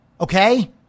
Okay